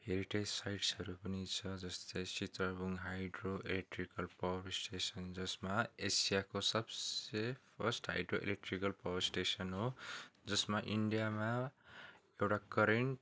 heritage साइट्सहरू पनि छ जस्तै Sidrapong hydro electrical power station जसमा एसियाको सबसे first hydro electrical power station हो जसमा इन्डियामा एउटा करेन्ट